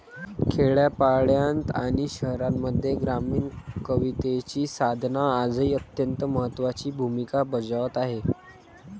खेड्यापाड्यांत आणि शहरांमध्ये ग्रामीण कवितेची साधना आजही अत्यंत महत्त्वाची भूमिका बजावत आहे